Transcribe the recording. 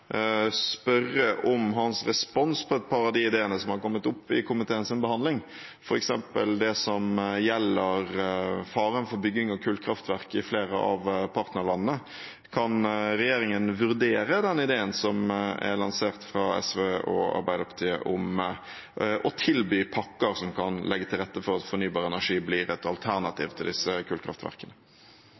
spørre om hans respons på et par av de ideene som har kommet opp under komiteens behandling, f.eks. det som gjelder faren for bygging av kullkraftverk i flere av partnerlandene. Kan regjeringen vurdere den ideen som er lansert fra SV og Arbeiderpartiet, om å tilby pakker som kan legge til rette for at fornybar energi blir et alternativ til kullkraftverkene?